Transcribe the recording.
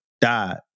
died